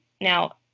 Now